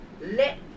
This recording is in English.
Let